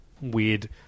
weird